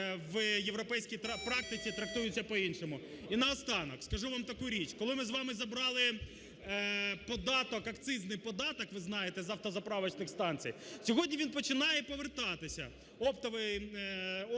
в європейській практиці трактуються по-іншому. І наостанок скажу вам таку річ. Коли ми з вами забрали податок, акцизний податок, ви знаєте, з автозаправочних станцій, сьогодні він починає повертатися